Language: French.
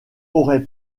aurait